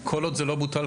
כל עוד זה לא בוטל,